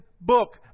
book